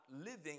living